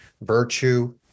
virtue